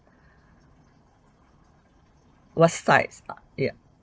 what size ah yup